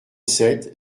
sept